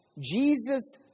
Jesus